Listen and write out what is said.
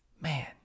Man